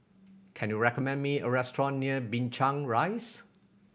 can you recommend me a restaurant near Binchang Rise